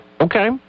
Okay